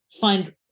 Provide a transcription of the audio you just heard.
find